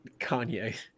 kanye